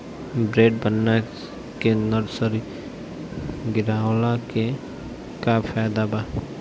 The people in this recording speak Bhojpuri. बेड बना के नर्सरी गिरवले के का फायदा बा?